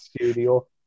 studio